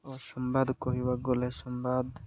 ଓ ସମ୍ୱାଦ କହିବାକୁ ଗଲେ ସମ୍ୱାଦ